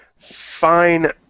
Fine